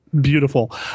beautiful